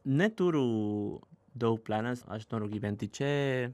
neturiu daug planas aš noriu gyventi čia